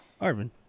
Arvin